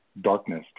darkness